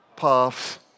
paths